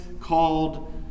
called